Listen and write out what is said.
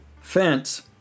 fence